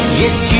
Yes